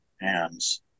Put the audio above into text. hands